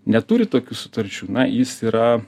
neturi tokių sutarčių na jis yra